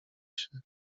się